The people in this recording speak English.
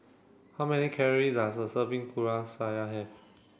how many calorie does a serving Kuih Syara have